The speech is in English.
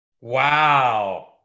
Wow